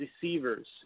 deceivers